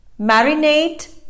Marinate